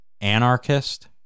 anarchist